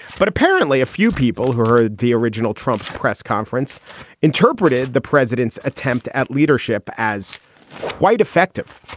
but apparently a few people who heard the original trump press conference interpreted the president's attempt at leadership as quite effective.